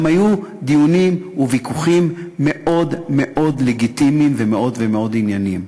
גם היו דיונים וויכוחים מאוד מאוד לגיטימיים ומאוד מאוד ענייניים.